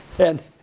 and